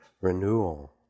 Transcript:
renewal